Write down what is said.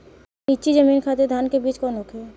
नीची जमीन खातिर धान के बीज कौन होखे?